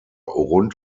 rund